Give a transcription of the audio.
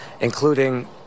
including